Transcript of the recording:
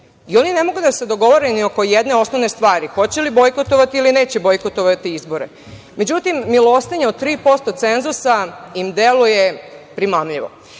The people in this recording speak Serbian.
oni ne mogu da se dogovore oko jedne osnovne stvari - hoće li bojkotovati ili neće bojkotovati izbore.Međutim, milostinja od 3% cenzusa im deluje primamljivo.